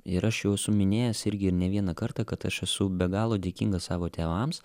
ir aš jau esu minėjęs irgi ir ne vieną kartą kad aš esu be galo dėkingas savo tėvams